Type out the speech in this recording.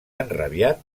enrabiat